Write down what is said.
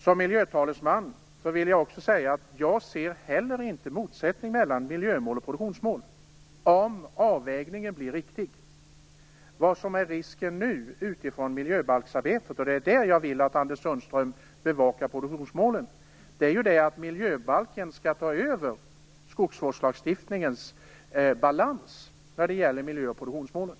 Som miljötalesman vill jag säga att jag inte heller ser någon motsättning mellan miljömål och produktionsmål om avvägningen blir riktig. Risken utifrån miljöbalksarbetet är att miljöbalken skall ta över skogsvårdslagstiftningens balans när det gäller miljöoch produktionsmålen. Det är där jag vill att Anders Sundström bevakar produktionsmålet.